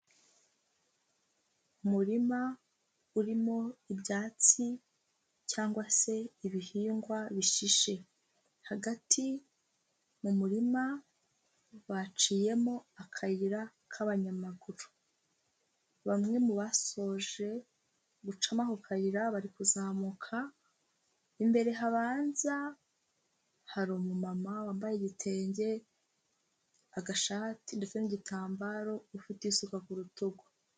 Umurima urimo ibyatsi cyangwa se ibihingwa bishishe, hagati mu murima baciyemo akayira k'abanyamaguru, bamwe mu basoje gucamo ako kayira bari kuzamuka, imbere habanza hari umumama wambaye igitenge, agashati ndetse n'igitambaro ufite isuka ku rutugu.